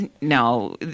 No